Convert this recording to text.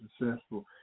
successful